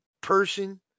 person